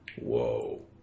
Whoa